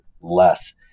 less